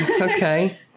Okay